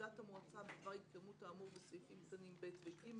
עמדת המועצה בדבר התקיימות האמור בסעיפים קטנים (ב) ו-(ג)